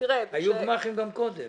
היו גמ"חים גם קודם.